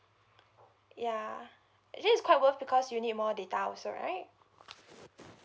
ya actually it's quite worth because you need more data also right